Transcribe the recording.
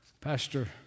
pastor